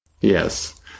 yes